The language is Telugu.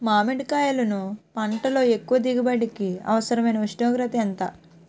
మామిడికాయలును పంటలో ఎక్కువ దిగుబడికి అవసరమైన ఉష్ణోగ్రత ఎంత?